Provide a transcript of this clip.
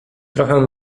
trochę